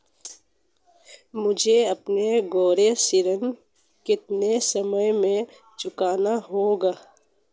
मुझे अपना गृह ऋण कितने समय में चुकाना होगा?